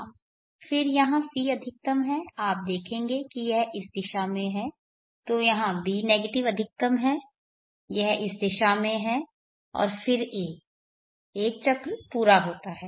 फिर यहाँ c अधिकतम है आप देखेंगे कि यह इस दिशा में है तो यहाँ b नेगेटिव अधिकतम है यह इस दिशा में है और फिर a एक चक्र पूरा होता है